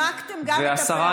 והשרה,